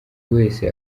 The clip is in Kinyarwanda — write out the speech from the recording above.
wese